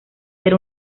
ser